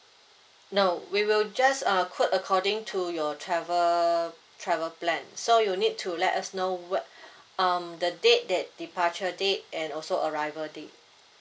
no we will just uh quote according to your travel travel plan so you need to let us know what um the date that departure date and also arrival date